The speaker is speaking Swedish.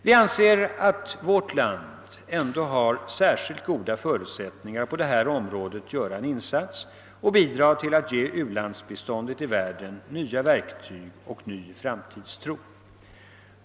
Vi anser att vårt land har särskilt goda förutsättningar att göra en insats på detta område och bidra till att ge ulandsbiståndet i världen nya verktyg och ny framtidstro.